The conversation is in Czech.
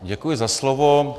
Děkuji za slovo.